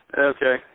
okay